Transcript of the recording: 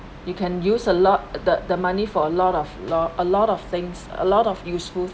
you can use a lot the the money for a lot of lot a lot of things a lot of useful